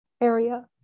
area